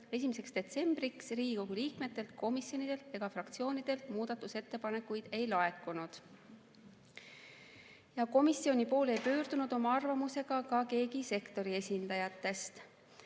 1. detsembriks Riigikogu liikmetelt, komisjonidelt ega fraktsioonidelt muudatusettepanekuid ei laekunud. Komisjoni poole ei pöördunud oma arvamusega ka keegi sektori esindajatest.